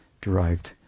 derived